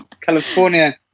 California